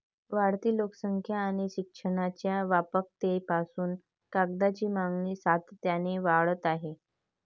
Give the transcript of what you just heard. वाढती लोकसंख्या आणि शिक्षणाच्या व्यापकतेपासून कागदाची मागणी सातत्याने वाढत आहे